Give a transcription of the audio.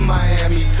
Miami